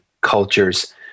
cultures